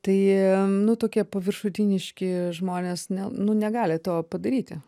tai nu tokie paviršutiniški žmonės ne nu negali to padaryti